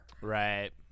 Right